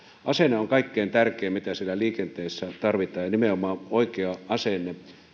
asenne on se kaikkein tärkein mitä siellä liikenteessä tarvitaan ja nimenomaan oikea asenne